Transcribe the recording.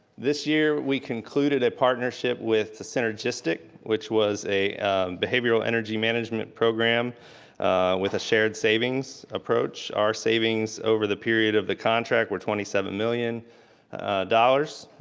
this year we concluded a partnership with the synergistic, which was a behavioral energy management program with a shared savings approach. our savings over the period of the contract were twenty seven million dollars.